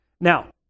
Now